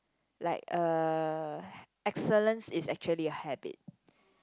like uh excellence is actually a habit